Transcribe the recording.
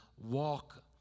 walk